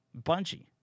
bungie